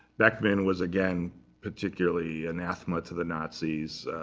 beckmann was again particularly anathema to the nazis